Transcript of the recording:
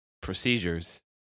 procedures